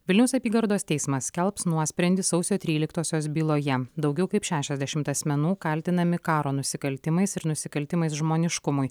vilniaus apygardos teismas skelbs nuosprendį sausio tryliktosios byloje daugiau kaip šešiasdešimt asmenų kaltinami karo nusikaltimais ir nusikaltimais žmoniškumui